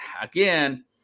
again